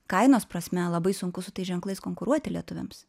kainos prasme labai sunku su tais ženklais konkuruoti lietuviams